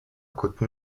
côte